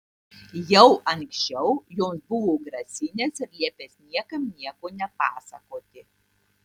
jau anksčiau joms buvo grasinęs ir liepęs niekam nieko nepasakoti